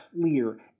clear